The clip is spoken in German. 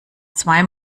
zwei